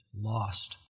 lost